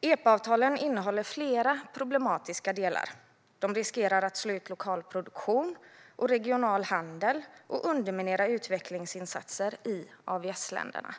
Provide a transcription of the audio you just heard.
EPA-avtalen innehåller flera problematiska delar. De riskerar att slå ut lokal produktion och regional handel och underminera utvecklingsinsatser i AVS-länderna.